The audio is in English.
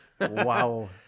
Wow